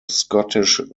scottish